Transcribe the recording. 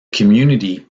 community